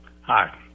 Hi